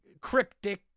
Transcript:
cryptic